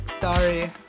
Sorry